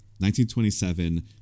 1927